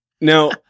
Now